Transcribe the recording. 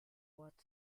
what